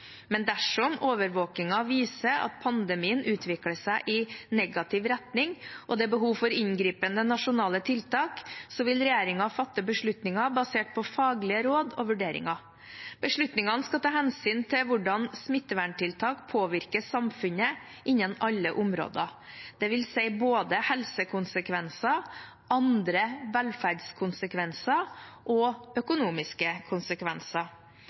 Men dersom overvåkningen viser at pandemien utvikler seg i negativ retning, og det er behov for inngripende nasjonale tiltak, vil regjeringen fatte beslutninger basert på faglige råd og vurderinger. Beslutningene skal ta hensyn til hvordan smitteverntiltak påvirker samfunnet innen alle områder. Det vil si både helsekonsekvenser, andre velferdskonsekvenser og økonomiske konsekvenser.